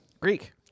Greek